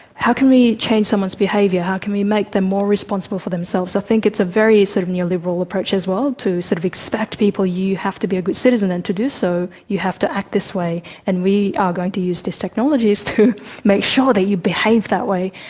how can we change someone's behaviour, how can we make them more responsible for themselves? i think it's a very sort of neo-liberal approach as well to sort of expect people. you have to be a good citizen, and to do so you have to act this way, and we are going to use these technologies to make sure that you behave that way.